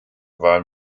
waren